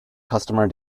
customer